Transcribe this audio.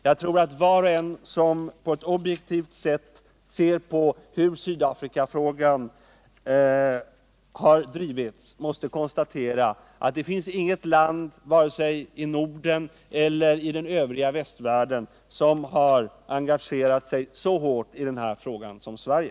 Var och en som på ett objektivt sätt ser på hur Sydafrikafrågan har drivits måste konstatera att det inte finns något land, vare sig i Norden eller i den övriga västvärlden, som har engagerat sig så hårt i denna fråga som Sverige.